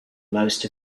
most